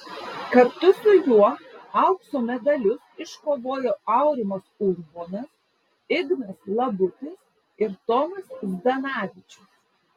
kartu su juo aukso medalius iškovojo aurimas urbonas ignas labutis ir tomas zdanavičius